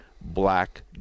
black